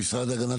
המשרד להגנת